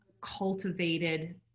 cultivated